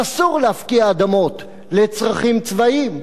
שאסור להפקיע אדמות לצרכים צבאיים,